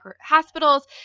hospitals